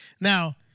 Now